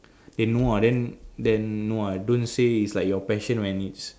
then !wah! then then !wah! don't say it's like your passion or anything